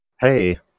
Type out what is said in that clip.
Hey